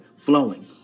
flowing